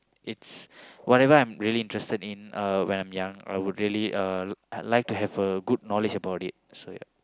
it's whatever I'm really interested in uh when I'm young I would really uh I like to have a good knowledge about it so ya